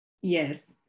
yes